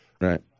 right